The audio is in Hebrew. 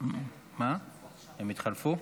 הן התחלפו?